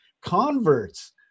converts